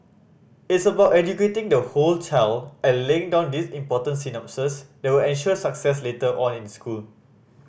it's about educating the whole child and laying down these important synapses that will ensure success later on in school